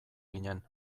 ginen